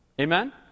Amen